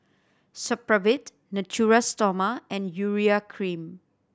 Supravit Natura Stoma and Urea Cream